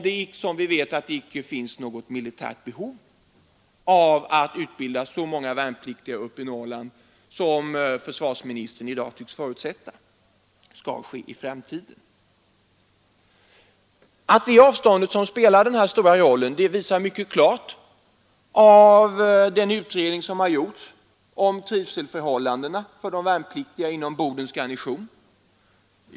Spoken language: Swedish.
Det finns inte heller något militärt behov av att utbilda så många värnpliktiga uppe i Norrland som försvarsministern i dag tycks förutsätta. Att det är avståndet som spelar stor roll visar den utredning som gjorts om trivselförhållandena för de värnpliktiga inom Bodens garnison.